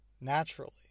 naturally